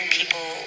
people